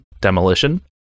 demolition